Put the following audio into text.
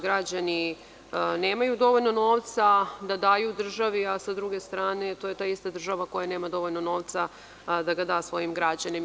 Građani nemaju dovoljno novca da daju državi, a sa druge strane to je ta ista država koja nema dovoljno novca da ga da svojim građanima.